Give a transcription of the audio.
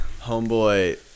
Homeboy